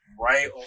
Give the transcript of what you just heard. right